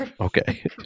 Okay